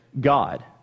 God